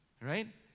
right